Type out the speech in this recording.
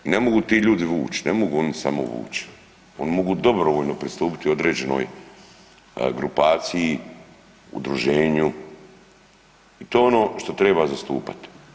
Ne mogu ti ljudi vuć, ne mogu oni samo vuć, oni mogu dobrovoljno pristupiti određenoj grupaciji, udruženju i to je ono što treba zastupat.